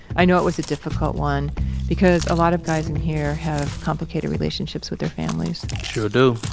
i know it was a difficult one because a lot of guys in here have complicated relationships with their families. sure do.